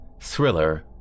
thriller